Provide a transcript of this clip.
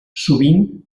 sovint